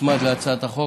תוצמד להצעת החוק.